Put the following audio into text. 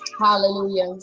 Hallelujah